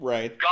Right